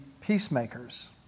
peacemakers